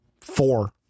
Four